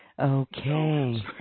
Okay